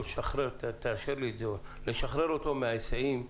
לשחרר תאשר לי אותו מההיסעים המרוכזים,